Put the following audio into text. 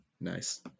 Nice